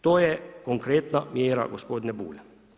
To je konkretna mjera gospodine Bulj.